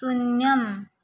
शून्यम्